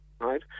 right